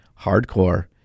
hardcore